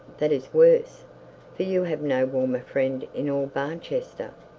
that is worse for you have no warmer friend in all barchester.